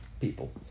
people